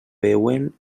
veuen